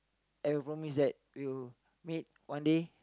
and we promise that we will meet one day